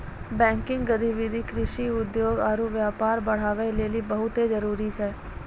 banking गतिविधि कृषि, उद्योग आरु व्यापार बढ़ाबै लेली बहुते जरुरी छै